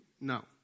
no